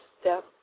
step